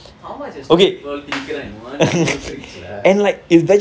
how much vegetable you all திணிக்கிறான்:thinikkiraan in one small fridge lah